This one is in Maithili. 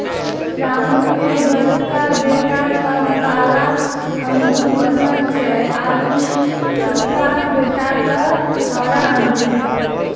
रामू के बड़का बेटा क काला अंगूर पसंद छै आरो छोटका बेटा क हरा अंगूर